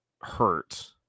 hurt